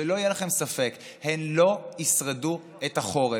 שלא יהיה לכם ספק: הן לא ישרדו את החורף.